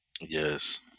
Yes